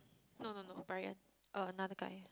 no no no Bryan uh another guy